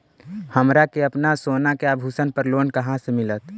हमरा के अपना सोना के आभूषण पर लोन कहाँ से मिलत?